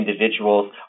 individuals